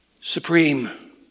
Supreme